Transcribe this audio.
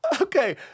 Okay